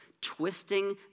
twisting